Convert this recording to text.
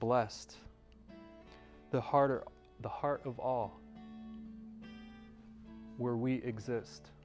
blessed the harder the heart of all where we exist